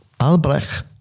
Albrecht